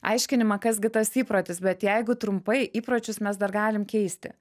aiškinimą kas gi tas įprotis bet jeigu trumpai įpročius mes dar galim keisti